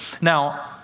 Now